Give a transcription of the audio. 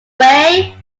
way